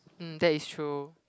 um that is true